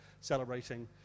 celebrating